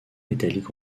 métalliques